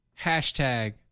hashtag